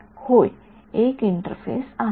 होय एक इंटरफेस आहे